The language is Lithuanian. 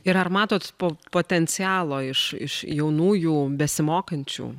ir ar matot po potencialo iš iš jaunųjų besimokančių